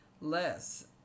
less